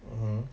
mmhmm